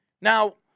Now